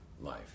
life